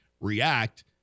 react